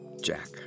Jack